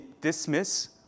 dismiss